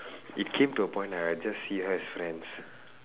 it came to a point like I just see her as friends